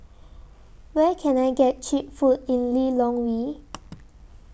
Where Can I get Cheap Food in Lilongwe